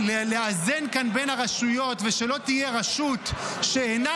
לאזן כאן בין הרשויות ושלא תהיה רשות שאינה